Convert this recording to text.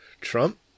Trump